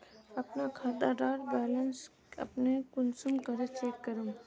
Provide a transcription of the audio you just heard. अपना खाता डार बैलेंस अपने कुंसम करे चेक करूम?